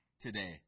today